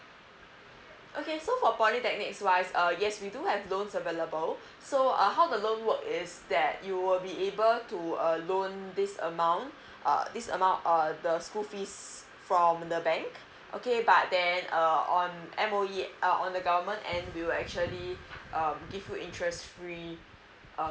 okay so for polytechnic is wise uh yes we do have loans available so uh how the loans works is that you will be able to uh loan this amount uh this amount err the school fees from the bank okay but then err on M_O_E uh on the government and we'll actually give you interest free uh